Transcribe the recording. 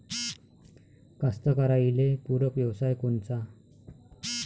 कास्तकाराइले पूरक व्यवसाय कोनचा?